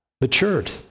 matured